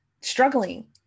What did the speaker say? struggling